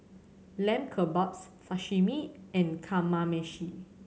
Lamb Kebabs Sashimi and Kamameshi